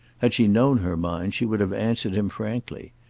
had she known her mind, she would have answered him frankly.